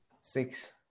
six